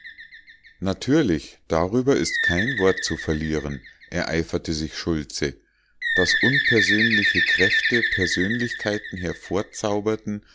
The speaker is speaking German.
natürlich darüber ist kein wort zu verlieren ereiferte sich schultze daß unpersönliche kräfte persönlichkeiten hervorzauberten